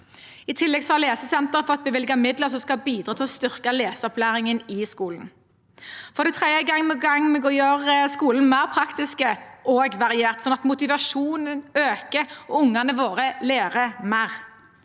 I tillegg har Lesesenteret fått bevilget midler som skal bidra til å styrke leseopplæringen i skolen. For det tredje er vi gang med å gjøre skolen mer praktisk og variert, sånn at motivasjonen øker og ungene våre lærer mer.